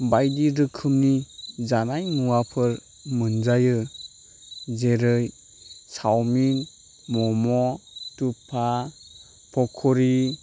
बायदि रोखोमनि जानाय मुवाफोर मोनजायो जेरै सावमिन मम' थुफा फख'रि